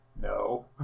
no